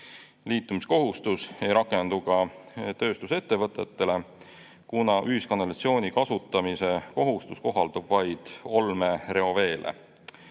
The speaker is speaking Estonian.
Liitumiskohustus ei rakendu ka tööstusettevõtetele, kuna ühiskanalisatsiooni kasutamise kohustus kohaldub vaid olmereoveele.